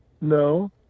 No